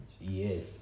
Yes